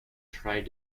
tried